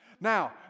Now